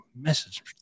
message